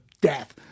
death